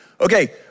Okay